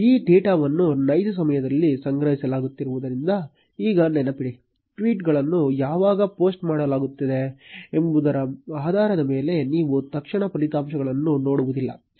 ಈ ಡೇಟಾವನ್ನು ನೈಜ ಸಮಯದಲ್ಲಿ ಸಂಗ್ರಹಿಸಲಾಗುತ್ತಿರುವುದರಿಂದ ಈಗ ನೆನಪಿಡಿ ಟ್ವೀಟ್ ಗಳನ್ನು ಯಾವಾಗ ಪೋಸ್ಟ್ ಮಾಡಲಾಗುತ್ತಿದೆ ಎಂಬುದರ ಆಧಾರದ ಮೇಲೆ ನೀವು ತಕ್ಷಣ ಫಲಿತಾಂಶಗಳನ್ನು ನೋಡುವುದಿಲ್ಲ